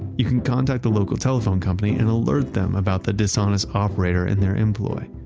you can contact the local telephone company and alert them about the dishonest operator in their employ,